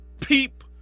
peep